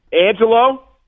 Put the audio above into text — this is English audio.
Angelo